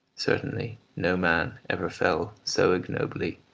certainly no man ever fell so ignobly,